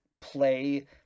play